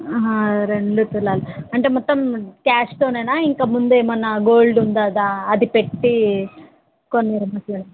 రెండు తులాలు అంటే మొత్తం క్యాష్తోనా ఇంకా ముందు ఏమన్నా గోల్డ్ ఉందా అది పెట్టి కొన్నారా ఏమన్న